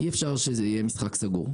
יהיה משחק סגור.